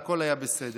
והכול היה בסדר.